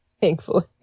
Thankfully